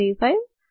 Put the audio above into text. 173 5